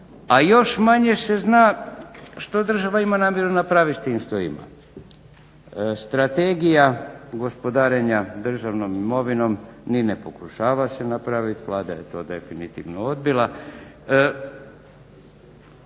A još manje se zna što država ima namjeru napraviti tim što ima. Strategija gospodarenja državnom imovinom ni ne pokušava se napravit. Vlada je to definitivno odbila.